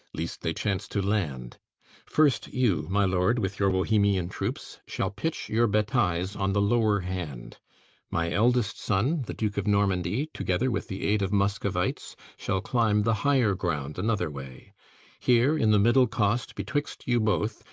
least they chance to land first you, my lord, with your bohemian troops, shall pitch your battailes on the lower hand my eldest son, the duke of normandy, together with the aide of muscovites, shall climb the higher ground another way here in the middle cost, betwixt you both,